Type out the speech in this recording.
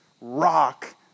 rock